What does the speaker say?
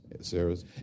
Sarah's